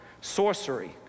sorcery